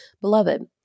beloved